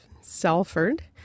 Salford